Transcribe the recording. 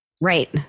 Right